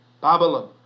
Babylon